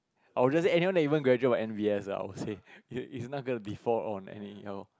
or there is anyone that even graduate from N_V_S lah I would say is not going to be fall on any